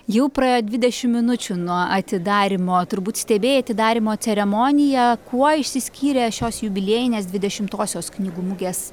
jau praėjo dvidešimt minučių nuo atidarymo turbūt stebėjai atidarymo ceremoniją kuo išsiskyrė šios jubiliejinės dvidešimtosios knygų mugės